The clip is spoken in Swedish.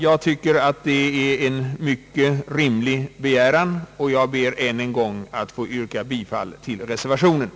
Jag tycker att detta är en mycket rimlig begäran, och jag ber än en gång att få yrka bifall till reservation I.